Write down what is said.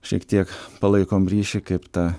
šiek tiek palaikom ryšį kaip ta